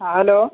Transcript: hello